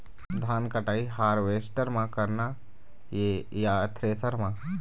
धान कटाई हारवेस्टर म करना ये या थ्रेसर म?